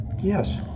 Yes